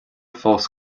fós